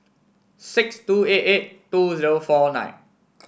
six two eight eight two zero four nine